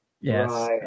Yes